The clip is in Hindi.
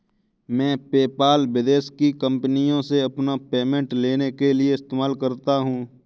मैं पेपाल विदेश की कंपनीयों से अपना पेमेंट लेने के लिए इस्तेमाल करता हूँ